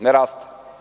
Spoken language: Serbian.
Ne raste.